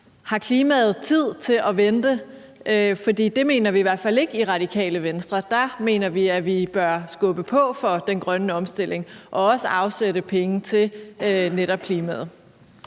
Har klimaet tid til at vente? For det mener vi i hvert fald ikke i Radikale Venstre. Der mener vi, at vi bør skubbe på for den grønne omstilling og også afsætte penge til netop klimaet.